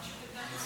קנסות,